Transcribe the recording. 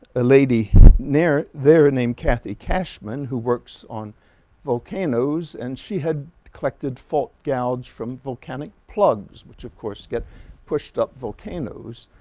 ah lady near there named kathy cashman who works on volcanoes and she had collected fault gouge from volcanic plugs, which of course get pushed up volcanoes.